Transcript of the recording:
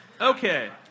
Okay